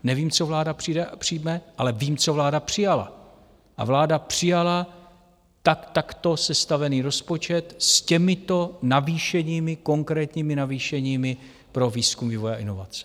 Nevím, co vláda přijme, ale vím, co vláda přijala, a vláda přijala takto sestavený rozpočet s těmito navýšeními, konkrétními navýšeními pro výzkum, vývoj a inovace.